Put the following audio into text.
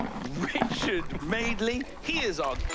richard madeley. he is our